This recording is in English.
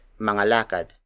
mangalakad